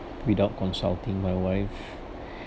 without consulting my wife